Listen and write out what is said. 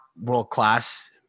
world-class